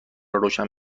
روشن